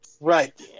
Right